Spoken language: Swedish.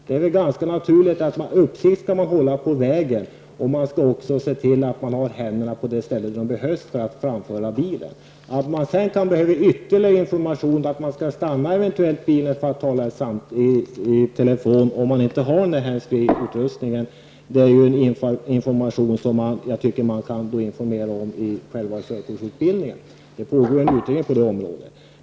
Det är ganska naturligt att man skall hålla uppsikt över vägen och att man också skall se till att man har händerna på det ställe där de behövs för att kunna framföra bilen. Att man sedan kanske behöver ytterligare information om att t.ex. stanna bilen för att hålla i telefonen om man inte har inbyggd mikrofon är en annan sak. Sådan information tycker jag man kan ge i själva körkortsutbildningen. Det pågår undervisning på området.